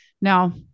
now